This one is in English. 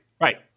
Right